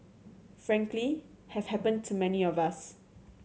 frankly have happened to many of us